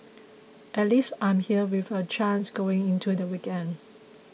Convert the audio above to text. at least I'm there with a chance going into the weekend